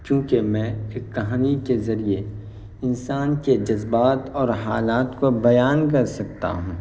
کیونکہ میں ایک کہانی کے ذریعے انسان کے جذبات اور حالات کو بیان کر سکتا ہوں